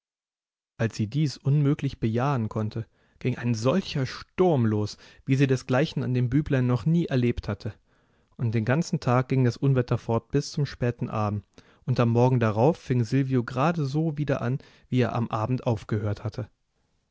als sie dies unmöglich bejahen konnte ging ein solcher sturm los wie sie desgleichen an dem büblein noch nie erlebt hatte und den ganzen tag ging das unwetter fort bis zum späten abend und am morgen darauf fing silvio gerade so wieder an wie er am abend aufgehört hatte